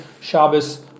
Shabbos